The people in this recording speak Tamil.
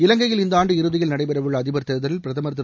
இலங்கையில் இந்த ஆண்டு இறுதியில் நடைபெறவுள்ள அதிபர் தேர்தலில் பிரதுர் திரு